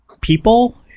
people